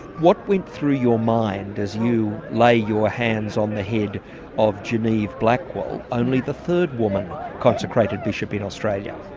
what went through your mind as you lay your hands on the head of genieve blackwell, only the third woman consecrated bishop in australia?